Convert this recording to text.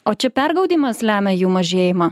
o čia pergaudymas lemia jų mažėjimą